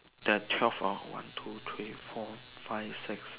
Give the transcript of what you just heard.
the twelve floor one two three four five six